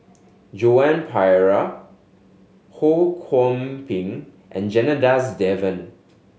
Joan Pereira Ho Kwon Ping and Janadas Devan